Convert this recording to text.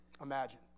imagine